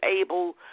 able